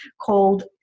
called